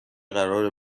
قراره